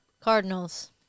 Cardinals